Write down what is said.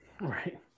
Right